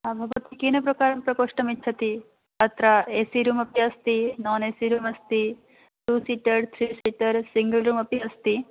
भवती केन प्रकारं प्रकोष्ठमिच्छति अत्र ए सि रूम् अपि अस्ति नान् ए सि रूम् अस्ति two seater three seater single room अपि अस्ति